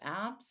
apps